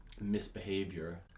misbehavior